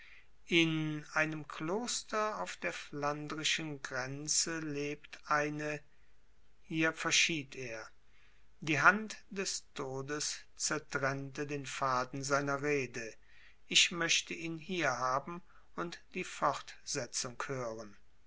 in einem kloster auf der flandrischen grenze lebt eine hier verschied er die hand des todes zertrennte den faden seiner rede ich möchte ihn hier haben und die fortsetzung hören